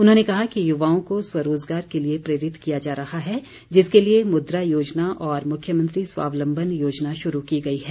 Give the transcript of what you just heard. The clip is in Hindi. उन्होंने कहा कि युवाओं को स्वरोजगार के लिए प्रेरित किया जा रहा है जिसके लिए मुद्रा योजना और मुख्यमंत्री स्वावलंबन योजना शुरू की गई है